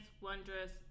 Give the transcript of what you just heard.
wondrous